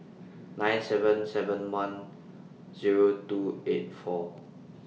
nine seven seven one Zero two eight four